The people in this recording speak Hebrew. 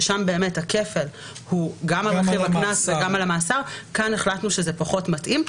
ששם הכפל הוא גם על רכיב הקנס וגם על המאסר שכאן זה פחות מתאים.